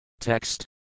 Text